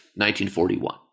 1941